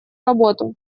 работу